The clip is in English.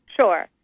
Sure